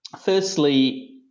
firstly